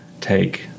take